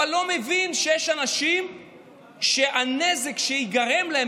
אבל לא מבין שיש אנשים שהנזק שייגרם להם